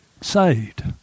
saved